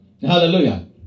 Hallelujah